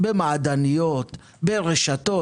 במעדניות, ברשתות.